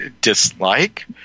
dislike